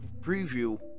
preview